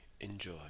Enjoy